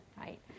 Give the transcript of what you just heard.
right